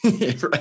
right